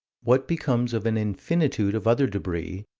what becomes of an infinitude of other debris,